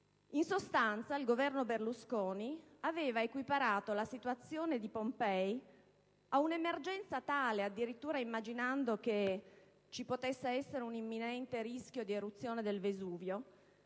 In sostanza, il Governo Berlusconi aveva equiparato la situazione di Pompei a un'emergenza tale (addirittura immaginando che ci potesse essere un imminente rischio di eruzione del Vesuvio),